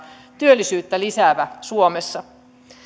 työllisyyttä lisäävä suomessa